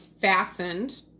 fastened